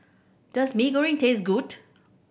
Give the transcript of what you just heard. does Mee Goreng taste good